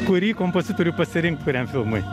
kurį kompozitorių pasirinkt kuriam filmui